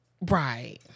Right